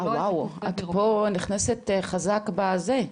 את פה נכנסת חזק בזה,